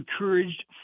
encouraged